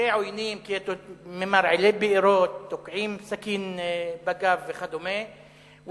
כעוינים, כמרעילי בארות, תוקעים סכין בגב וכדומה.